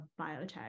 biotech